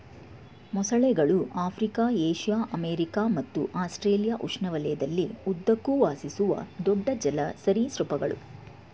ಮೊಸಳೆಗಳು Africa Asia America ಮತ್ತು Australia ಉಷ್ಣವಲಯದಲ್ಲಿ ಉದ್ದಕ್ಕೂ ವಾಸಿಸುವ ದೊಡ್ಡ ಜಲ ಸರೀಸೃಪಗಳು